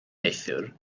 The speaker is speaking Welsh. neithiwr